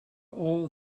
all